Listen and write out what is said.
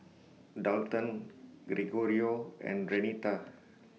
Dalton Gregorio and Renita